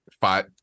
five